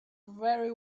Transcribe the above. very